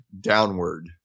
downward